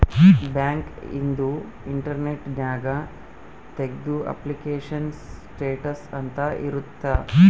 bank ಇಂದು internet ನ್ಯಾಗ ತೆಗ್ದು ಅಪ್ಲಿಕೇಶನ್ ಸ್ಟೇಟಸ್ ಅಂತ ಇರುತ್ತ